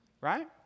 Right